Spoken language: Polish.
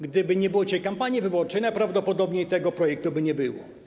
Gdyby nie było dzisiaj kampanii wyborczej, najprawdopodobniej tego projektu by nie było.